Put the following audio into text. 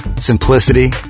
simplicity